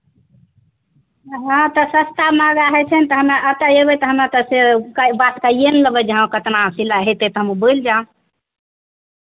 हँ तऽ सस्ता महंगा होइ छै ने तऽ हमरा एतय एबै तऽ हमरा तऽ से कए बात कैए ने लेबै जे हँ कतना सिलाइ हेतै तऽ हमहूँ बोलि देब